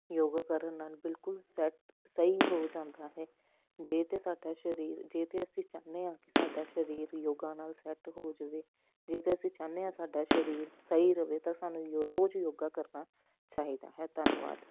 ਯੋਗਾ ਕਰਨ ਨਾਲ ਬਿਲਕੁਲ ਸੈੱਟ ਸਹੀ ਹੋ ਜਾਂਦਾ ਹੈ ਜੇ ਤਾਂ ਸਾਡਾ ਸਰੀਰ ਜੇ ਤਾਂ ਅਸੀਂ ਚਾਹੁੰਦੇ ਹਾਂ ਸਾਡਾ ਸਰੀਰ ਯੋਗਾਂ ਨਾਲ ਸੈੱਟ ਹੋ ਜਾਵੇ ਜੇ ਤਾਂ ਅਸੀਂ ਚਾਹੁੰਦੇ ਹਾਂ ਸਾਡਾ ਸਰੀਰ ਸਹੀ ਰਹੇ ਤਾਂ ਸਾਨੂੰ ਰੋਜ਼ ਯੋਗਾ ਕਰਨਾ ਚਾਹੀਦਾ ਹੈ ਧੰਨਵਾਦ